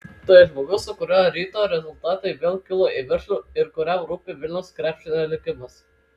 tai žmogus su kuriuo ryto rezultatai vėl kilo į viršų ir kuriam rūpi vilniaus krepšinio likimas